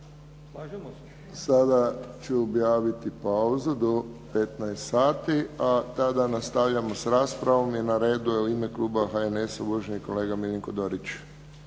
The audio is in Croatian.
Sada ću objaviti pauzu do 15 sati, a tada nastavljamo s raspravom i na redu je u ime kluba HNS-a uvaženi kolega Miljenko Dorić.